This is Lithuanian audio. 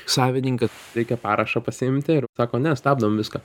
savininką reikia parašą pasiimti ir sako ne stabdom viską